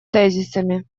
тезисами